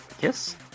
Yes